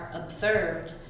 observed